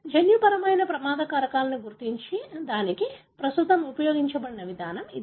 జన్యుపరమైన ప్రమాద కారకాలను గుర్తించడానికి ప్రస్తుతం ఉపయోగించబడుతున్న విధానం అది